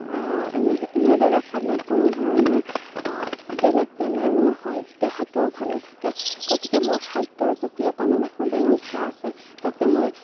এনে এনেদৰে খালে কোনো ধৰণৰ বেলেগ বেমাৰো নহয় দেহাটোও ভালে থাকে গতিকে মোৰ খাদ্যৰ প্ৰতি এটা মানে খুবেই নিচা আছে যাতে মই